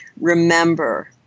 Remember